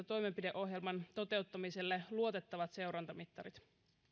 toimenpideohjelman toteuttamiselle luotettavat seurantamittarit